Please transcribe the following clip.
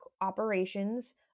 operations